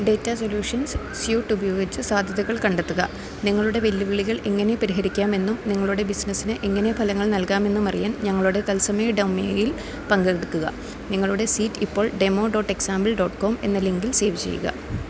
data solutions suite ഉപയോഗിച്ച് സാധ്യതകൾ കണ്ടെത്തുക നിങ്ങളുടെ വെല്ലുവിളികൾ എങ്ങനെ പരിഹരിക്കാമെന്നും നിങ്ങളുടെ ബിസിനസ്സിന് എങ്ങനെ ഫലങ്ങൾ നൽകാമെന്നും അറിയാൻ ഞങ്ങളുടെ തത്സമയ ഡെമോയിൽ പങ്കെടുക്കുക നിങ്ങളുടെ സീറ്റ് ഇപ്പോൾ demo dot example dot com എന്ന ലിങ്കിൽ സേവ് ചെയ്യുക